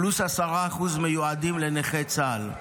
פלוס 10% המיועדים לנכי צה"ל.